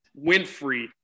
Winfrey